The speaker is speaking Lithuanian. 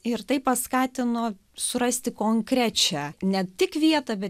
ir tai paskatino surasti konkrečią ne tik vietą bet